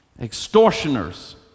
extortioners